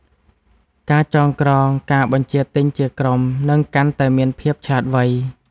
ការចងក្រងការបញ្ជាទិញជាក្រុម នឹងកាន់តែមានភាពឆ្លាតវៃ។